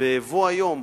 בבוא היום,